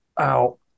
ow